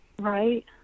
Right